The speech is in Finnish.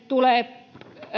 tulee